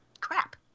crap